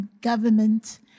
government